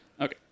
Okay